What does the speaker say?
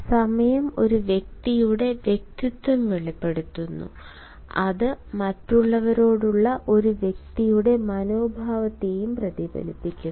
സമയം ഒരു വ്യക്തിയുടെ വ്യക്തിത്വം വെളിപ്പെടുത്തുന്നു അത് മറ്റുള്ളവരോടുള്ള ഒരു വ്യക്തിയുടെ മനോഭാവത്തെയും പ്രതിഫലിപ്പിക്കുന്നു